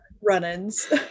run-ins